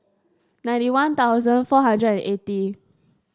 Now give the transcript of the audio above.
ninety One Thousand four hundred and eighty